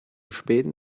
späten